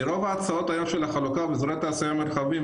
כי רוב ההצעות היו של החלוקה באזורי תעשייה מרחביים,